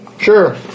Sure